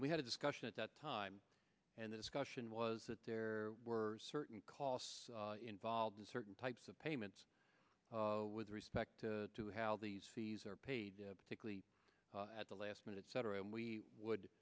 and we had a discussion at that time and the discussion was that there were certain costs involved in certain types of payments with respect to how these fees are paid particularly at the last minute cetera and we would